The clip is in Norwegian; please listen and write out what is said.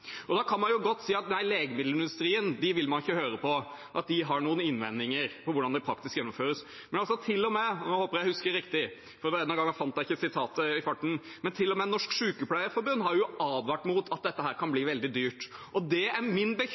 Da kan man godt si at nei, legemiddelindustrien vil man ikke høre på hvis de har noen innvendinger til hvordan det faktisk gjennomføres. Men til og med – og nå håper jeg at jeg husker riktig, for denne gangen jeg fant ikke sitatet i farten – Norsk Sykepleierforbund har advart mot at dette kan bli veldig dyrt. Og det er min